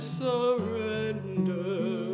surrender